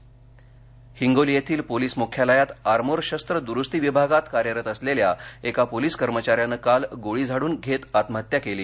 police आत्महत्या हिंगोली येथील police मुख्यालायत आरमोर शस्त्र दुरुस्ती विभागत कार्यरत असलेल्या एका पोलिस कर्मचाऱ्याने काल गोळी झाडून घेत आत्महत्या केली